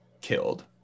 killed